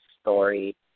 story